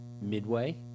Midway